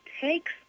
takes